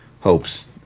hopes